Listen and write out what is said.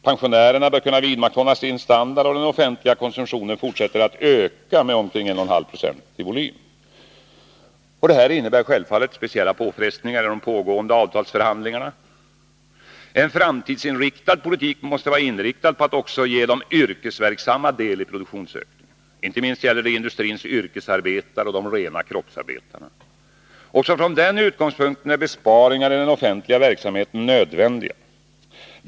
Pensionärerna bör kunna vidmakthålla sin standard, och den offentliga konsumtionen fortsätter att öka med omkring 1,5 9 i volym. Detta innebär självfallet speciella påfrestningar i de pågående avtalsförhandlingarna. En framtidsinriktad politik måste gå ut på att också ge de yrkesverksamma deli produktionsökningen. Inte minst gäller det industrins yrkesarbetare och de rena kroppsarbetarna. Också från denna utgångspunkt är besparingar i cen offentliga verksamheten nödvändiga.